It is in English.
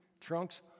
trunks